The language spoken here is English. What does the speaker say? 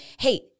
hey